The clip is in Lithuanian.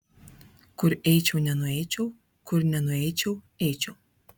kur eičiau nenueičiau kur nenueičiau eičiau